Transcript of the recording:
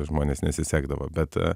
žmonės nesisekdavo bet